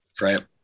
Right